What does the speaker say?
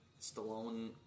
Stallone